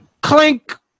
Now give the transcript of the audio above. clink